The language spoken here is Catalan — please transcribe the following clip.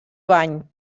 bany